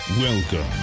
Welcome